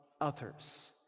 others